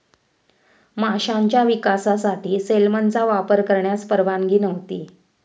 माशांच्या विकासासाठी सेलमनचा वापर करण्यास परवानगी नव्हती